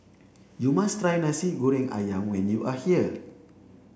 you must try Nasi Goreng Ayam when you are here